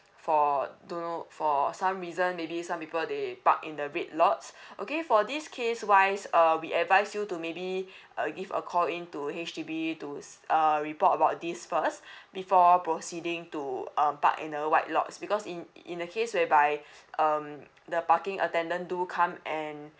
for don't know for some reason maybe some people they park in the red lots okay for this case wise uh we advise you to maybe uh give a call in to H_D_B to is err report about this first before proceeding to um park in a white lots because in in the case whereby um the parking attendant do come and